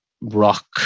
rock